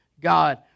God